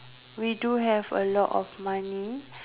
we do have a lot of money